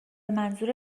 منظور